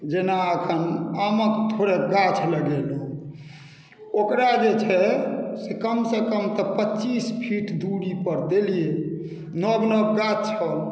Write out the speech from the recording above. जेना अखन आमक थोड़ेक गाछ लगेलहुँ ओकरा जे छै से कमसँ कम तऽ पच्चीस फीट दूरी पर देलियै नब नब गाछ छल